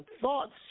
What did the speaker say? thoughts